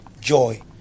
joy